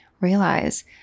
realize